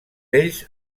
ells